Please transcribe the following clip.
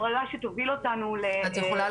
זו הפרדה שתוביל אותנו ל- -- את יכולה,